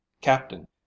Captain